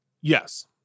Yes